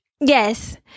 Yes